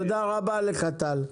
תודה רבה לך טל.